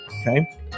Okay